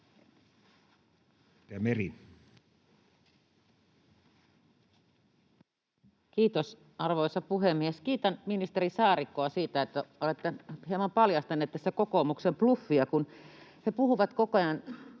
Kiitos, arvoisa puhemies! Kiitän ministeri Saarikkoa siitä, että olette hieman paljastaneet tässä kokoomuksen bluffia, kun he puhuvat koko ajan